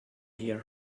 here